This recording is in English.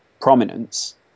prominence